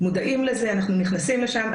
מודעים לזה, אנחנו נכנסים לשם.